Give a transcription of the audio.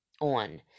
on